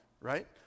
right